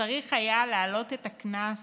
שצריך היה להעלות את הקנס